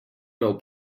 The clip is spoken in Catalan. meu